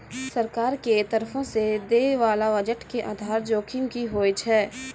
सरकार के तरफो से दै बाला बजट के आधार जोखिम कि होय छै?